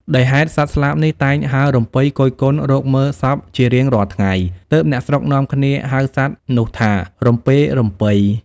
ដោយហេតុសត្វស្លាបនេះ តែងហើររំពៃគយគន់រកមើលសពជារៀងរាល់ថ្ងៃ ទើបអ្នកស្រុកនាំគ្នាហៅសត្វនោះថា រំពេរំពៃ ។